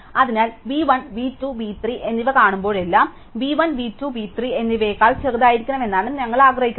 അതിനാൽ v 1 v 2 v 3 എന്നിവ കാണുമ്പോഴെല്ലാം v 1 v 2 v 3 എന്നിവയേക്കാൾ ചെറുതായിരിക്കണമെന്ന് ഞങ്ങൾ ആഗ്രഹിക്കുന്നു